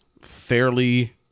fairly